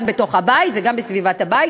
גם בתוך הבית וגם בסביבת הבית,